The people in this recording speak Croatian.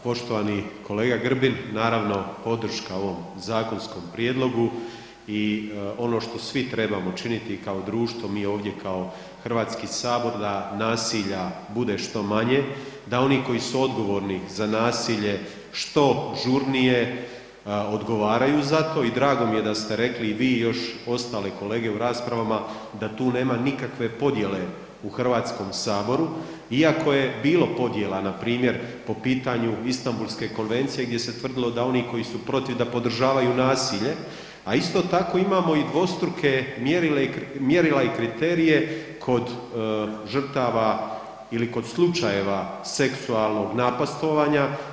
Poštovani kolega Grbin, naravno podrška ovom zakonskom prijedlogu i ono što svi trebamo činiti i kao društvo, mi ovdje kao Hrvatski sabor da nasilja bude što manje, da oni koji su odgovorni za nasilje što žurnije odgovaraju za to i drago mi je da ste rekli i vi i još ostale kolege u raspravama da tu nema nikakve podjele u Hrvatskom saboru iako je bilo podjela npr. po pitanju Istambulske konvencije gdje se tvrdilo da oni koji su protiv da podržavaju nasilje, a isto tako imamo i dvostruke mjerila i kriterije kod žrtava ili kod slučajeva seksualnog napastovanja.